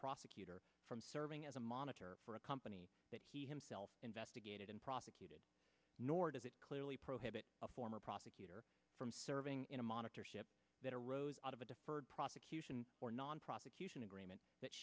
prosecutor from serving as a monitor for a company that he himself investigated and prosecuted nor does it clearly prohibit a former or from serving in a monitor ship that arose out of a deferred prosecution or non prosecution agreement that